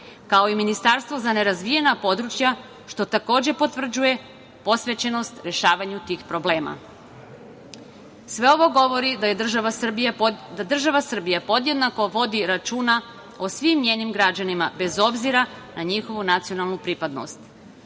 kao i Ministarstvo za nerazvijena područja, što takođe potvrđuje posvećenost rešavanju tih problema. Sve ovo govori da država Srbija podjednako vodi računa o svim njenim građanima, bez obzira na njihovu nacionalnu pripadnost.